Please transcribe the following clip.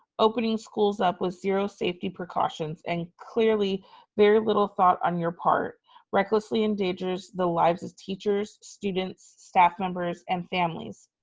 opening schools up with zero safety precautions and clearly very little thought on your part recklessly endangers the lives of teachers, students, staff members, and families.